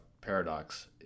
Paradox